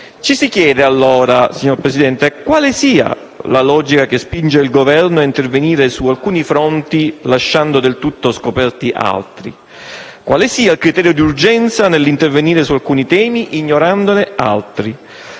Ci si chiede, allora, signor Presidente, quale sia la logica che spinge il Governo ad intervenire su alcuni fronti lasciando altri del tutto scoperti. Quale sia il criterio di urgenza nell'intervenire su alcuni temi, ignorandone altri.